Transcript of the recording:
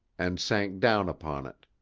and sank down upon it.